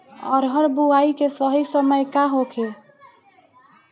अरहर बुआई के सही समय का होखे?